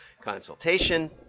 consultation